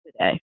today